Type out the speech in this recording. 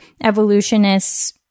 evolutionists